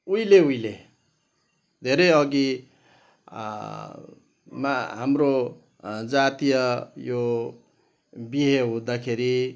उहिले उहिले धेरै अघि मा हाम्रो जातीय यो बिहे हुँदाखेरि